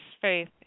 faith